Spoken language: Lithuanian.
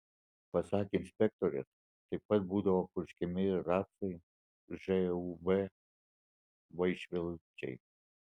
pasak inspektorės taip pat buvo purškiami ir rapsai žūb vaišvilčiai